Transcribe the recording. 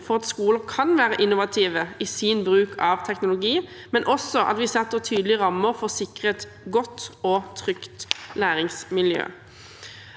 for at skoler kan være innovative i sin bruk av teknologi, men at vi også setter tydelige rammer for å sikre et godt og trygt læringsmiljø.